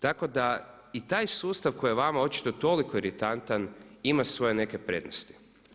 Tako da i taj sustav koji je vama očito toliko iritantan ima svoje neke prednosti.